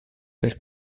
per